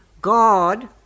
God